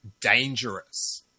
dangerous